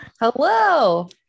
Hello